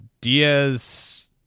Diaz